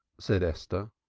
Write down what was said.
said esther,